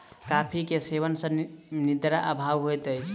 coffee के सेवन सॅ निद्रा अभाव होइत अछि